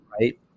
right